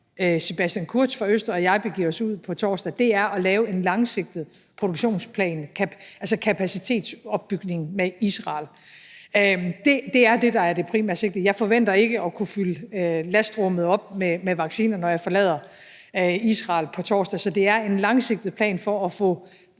Sebastian Kurz fra Østrig og jeg begiver os ud på på torsdag, er at lave en langsigtet produktionsplan, altså kapacitetsopbygning sammen med Israel. Det er det, der er det primære sigte. Jeg forventer ikke at kunne fylde lastrummet op med vacciner, når jeg forlader Israel på torsdag. Så det er en langsigtet plan for at få